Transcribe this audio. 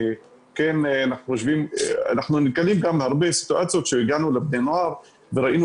אנחנו נתקלים גם בהרבה סיטואציות שהגענו לבני נוער וראינו